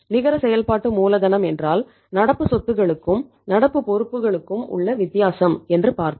நிகர செயல்பாட்டு மூலதனம் என்றால் நடப்பு சொத்துகளுக்கும் நடப்பு பொறுப்புகளுக்கு உள்ள வித்தியாசம் என்று பார்த்தோம்